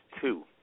two